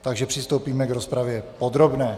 Takže přistoupíme k rozpravě podrobné.